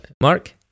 Mark